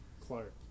Clark